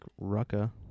Rucka